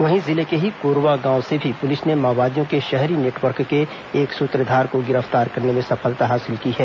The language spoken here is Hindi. वहीं जिले के ही कोरवा गांव से भी पुलिस ने माओवादियों के शहरी नेटवर्क के एक सूत्रधार को गिरफ्तार करने में सफलता हासिल की है